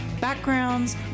backgrounds